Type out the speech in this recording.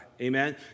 amen